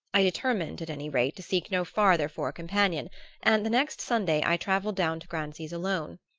i determined, at any rate, to seek no farther for a companion and the next sunday i travelled down to grancy's alone.